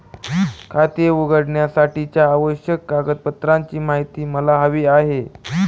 खाते उघडण्यासाठीच्या आवश्यक कागदपत्रांची माहिती मला हवी आहे